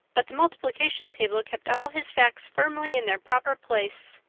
but the multiplication table kept all his facts firmly in their proper place!